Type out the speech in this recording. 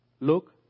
Look